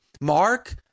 Mark